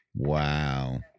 wow